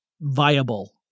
viable